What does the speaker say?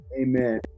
Amen